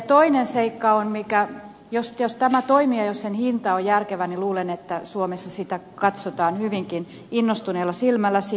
toinen seikka on jos tämä toimii ja jos sen hinta on järkevä niin luulen että suomessa sitä katsotaan hyvinkin innostuneella silmällä siis jos